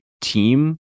team